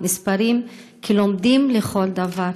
נספרים כלומדים לכל דבר.